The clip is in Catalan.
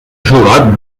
jurat